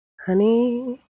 Honey